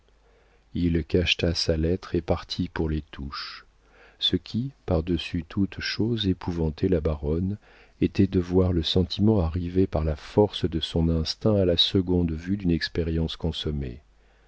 il cacheta sa lettre et partit pour les touches ce qui par-dessus toute chose épouvantait la baronne était de voir le sentiment arriver par la force de son instinct à la seconde vue d'une expérience consommée